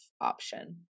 option